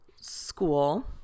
school